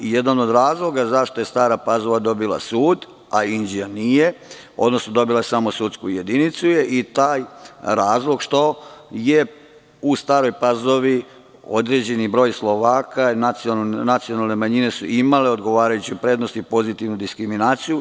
Jedan od razloga zašto je Stara Pazova dobila sud, a Inđija nije, odnosno dobila je samo sudsku jedinicu je i taj razlog što je u Staroj Pazovi određeni broj Slovaka i nacionalne manjine su imale odgovarajuću prednost i pozitivnu diskriminaciju.